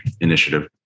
initiative